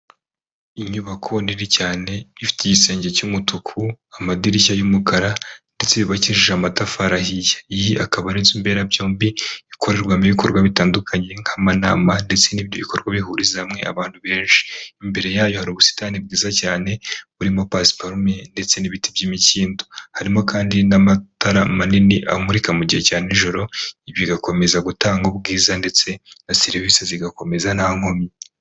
Inyubako nini cyane ifite igisenge cy'umutuku, amadirishya y'umukara ndetse yubakishije amatafari ahiye. Iyi akaba ari inzu mberabyombi ikorerwamo ibikorwa bitandukanye nk'amanama ndetse n'ibyo bikorwa bihuriza hamwe abantu benshi. Imbere yayo hari ubusitani bwiza cyane burimo pasiparume ndetse n'ibiti by'imikindo. Harimo kandi n'amatara manini amurika mu gihe cya n'ijoro bigakomeza gutanga ubwiza ndetse na serivisi zigakomeza nta nkomyi